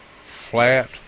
flat